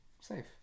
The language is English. safe